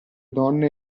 donne